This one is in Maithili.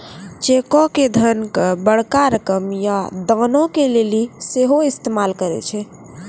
चेको के धन के बड़का रकम या दानो के लेली सेहो इस्तेमाल करै छै